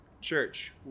Church